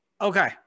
Okay